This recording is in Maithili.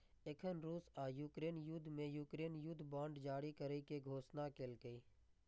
एखन रूस आ यूक्रेन युद्ध मे यूक्रेन युद्ध बांड जारी करै के घोषणा केलकैए